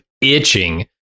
itching